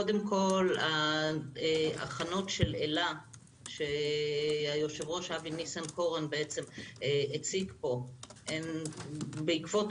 קודם כול ההכנות של אל"ה שהיושב-ראש אבי ניסנקורן הציג פה הן בעקבות